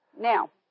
Now